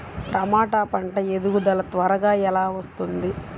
టమాట పంట ఎదుగుదల త్వరగా ఎలా వస్తుంది?